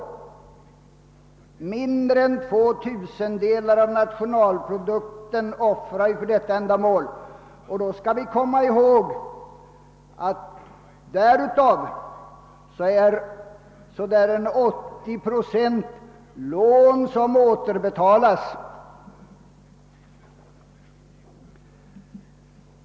Vi offrar alltså mindre än två tusendelar av nationalprodukten för detta ändamål, och vi skall hålla i minnet att 80 procent därav är lån som återbetalas.